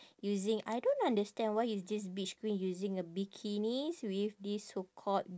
using I don't understand why is this beach queen using a bikinis with this so called